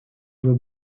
will